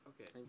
Okay